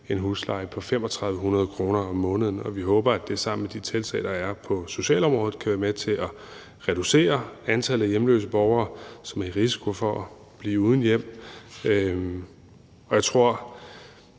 en husleje på 3.500 kr. om måneden, og vi håber, at det sammen med de tiltag, der er på socialområdet, kan være med til at reducere antallet af hjemløse borgere eller borgere, som er i risiko for at blive uden hjem. Jeg tror,